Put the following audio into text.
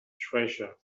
treasure